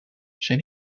zijn